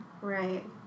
right